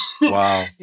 Wow